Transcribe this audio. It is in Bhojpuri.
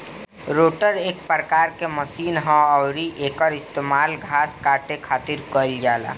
रोटर एक प्रकार के मशीन ह अउरी एकर इस्तेमाल घास काटे खातिर कईल जाला